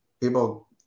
people –